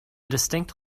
distinct